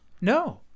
no